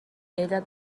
ella